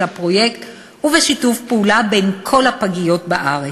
הפרויקט ובשיתוף פעולה בין כל הפגיות בארץ.